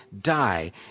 die